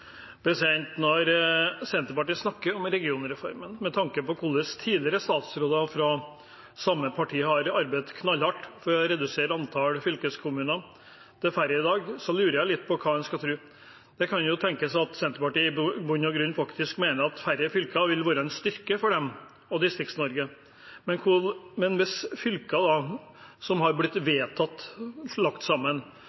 Når Senterpartiet snakker om regionreformen og med tanke på hvordan tidligere statsråder fra samme parti har arbeidet knallhardt for å redusere antall fylkeskommuner, lurer jeg litt på hva en skal tro. Det kan tenkes at Senterpartiet i bunn og grunn faktisk mener at færre fylker vil være en styrke for dem og Distrikts-Norge. Når det gjelder fylkene som har blitt